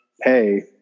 pay